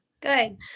Good